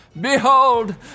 behold